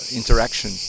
interaction